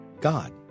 God